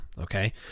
okay